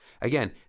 Again